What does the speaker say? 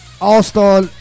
all-star